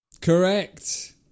Correct